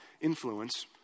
influence